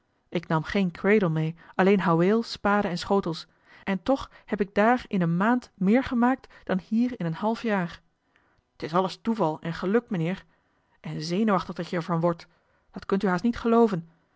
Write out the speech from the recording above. ik nam geen cradle mee alleen houweel spade en schotels en toch heb ik daarin eene maand meer gemaakt dan hier in een half jaar t is alles toeval en geluk mijnheer en zenuwachtig dat je er van wordt dat kunt u haast niet gelooven